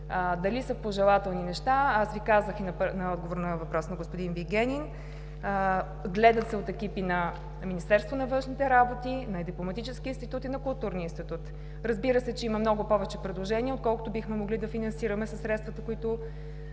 Дали са пожелателни неща – аз Ви казах в отговор на въпрос на господин Вигенин, гледат се от екипи на Министерството на външните работи, на дипломатическия институт и на културния институт. Разбира се, че има много повече предложения, отколкото бихме могли да финансираме със средствата, които